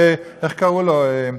איך קראו לו,